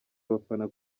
abafana